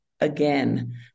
again